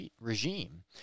regime